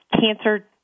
cancer